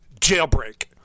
Jailbreak